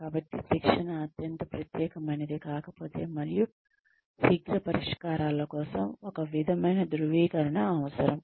కాబట్టి శిక్షణ అత్యంత ప్రత్యేకమైనది కాకపోతే మరియు శీఘ్ర పరిష్కారాల కోసం ఒక విధమైన ధృవీకరణ అవసరం